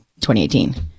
2018